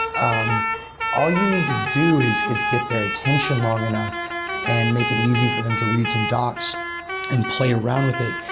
um all you need to do is is get their attention long enough and make it easy for them to read some docs and play around with it,